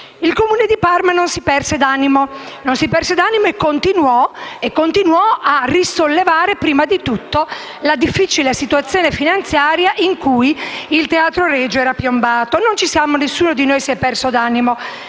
Il Comune di Parma non si perse d'animo e continuò a risollevare la difficile situazione finanziaria in cui il teatro Regio ero piombato. Nessuno di noi si è perso d'animo